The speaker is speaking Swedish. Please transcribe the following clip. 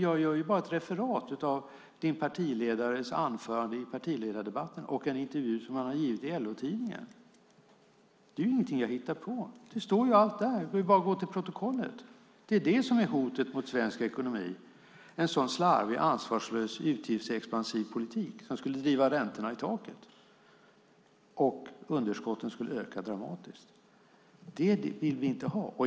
Jag gör ju bara ett referat av din partiledares anförande i partiledardebatten och i en intervju som han givit i LO-tidningen, Tommy Waidelich. Det är ingenting jag hittar på. Allt står där, det är bara att gå till protokollet och läsa. Det är hotet mot svensk ekonomi - en slarvig, ansvarslös, utgiftsexpansiv politik. Den skulle driva räntorna i taket, och underskotten skulle öka dramatiskt. Det vill vi inte ha.